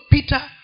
Peter